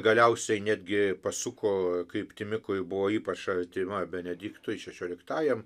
galiausiai netgi pasuko kryptimi kuri buvo ypač artima benediktui šešioliktajam